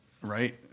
right